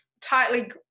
tightly